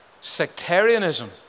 Sectarianism